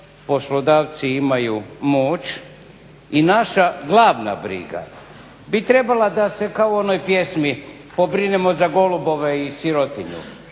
poslodavci imaju moć i naša glavna briga bi trebala da se kao u onoj pjesmi pobrinemo za golubove i sirotinju,